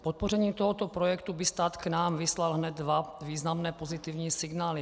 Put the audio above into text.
Podpořením tohoto projektu by stát k nám vyslal hned dva významné pozitivní signály.